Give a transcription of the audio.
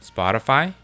Spotify